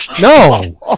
No